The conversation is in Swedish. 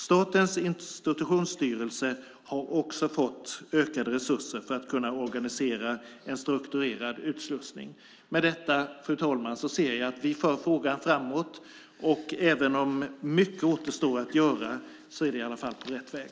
Statens institutionsstyrelse har också fått ökade resurser för att kunna organisera en strukturerad utslussning. Med detta, fru talman, ser jag att vi för frågan framåt. Även om mycket återstår att göra är vi i alla fall på rätt väg.